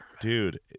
Dude